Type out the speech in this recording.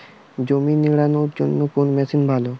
জমি নিড়ানোর জন্য কোন মেশিন ভালো?